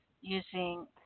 using